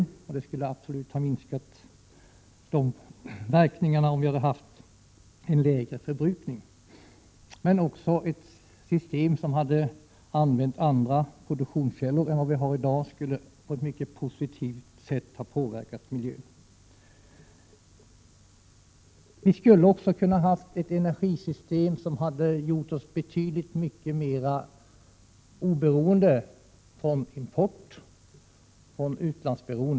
Dessa skadeverkningar skulle absolut ha varit mindre, om vi hade haft en lägre förbrukning och ett system, som skulle ha använt andra produktionskällor än dem vi använder i dag. Vi skulle också ha kunnat ha ett energisystem, som hade gjort oss betydligt mera oberoende av import.